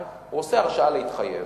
הוא עושה הרשאה להתחייב.